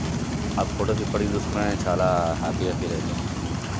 ఆ ఫోటోస్ ఇప్పటికీ చూసుకున్న నేను చాలా హ్యాపీగా ఫీల్ అవుతాను